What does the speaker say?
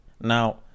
Now